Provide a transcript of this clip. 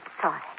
sorry